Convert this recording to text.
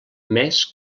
més